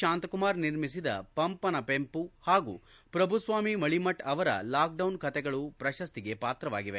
ಶಾಂತಕುಮಾರ್ ನಿರ್ಮಿಸಿದ ಪಂಪನ ಪೆಂಪು ಹಾಗೂ ಶ್ರಭುಸ್ವಾಮಿ ಮಳೀಮಠ್ ಅವರ ಲಾಕ್ಡೌನ್ ಕತೆಗಳು ಪ್ರಶಸ್ತಿಗೆ ಪಾತ್ರವಾಗಿವೆ